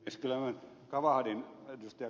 kyllä minä kavahdin ed